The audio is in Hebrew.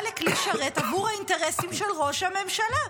לכלי שרת עבור האינטרסים של ראש הממשלה,